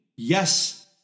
Yes